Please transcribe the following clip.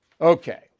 Okay